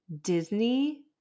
disney